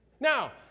Now